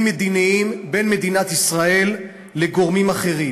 מדיניים בין מדינת ישראל לגורמים אחרים.